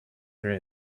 there